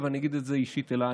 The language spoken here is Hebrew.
אבל אני אגיד את זה אישית אלייך.